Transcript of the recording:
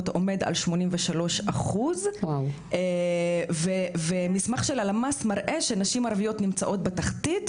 עומד על 83%. ומסמך של הלמ"ס מראה שנשים ערביות נמצאות בתחתית,